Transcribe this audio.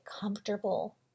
comfortable